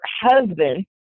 husband